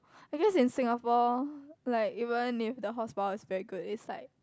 I guess in Singapore like even if the hotspot is very good it's like